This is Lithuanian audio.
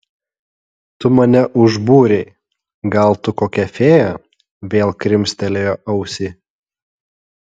tu mane užbūrei gal tu kokia fėja vėl krimstelėjo ausį